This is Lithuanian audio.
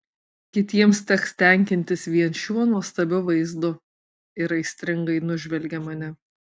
kitiems teks tenkintis vien šiuo nuostabiu vaizdu ir aistringai nužvelgia mane